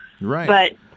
Right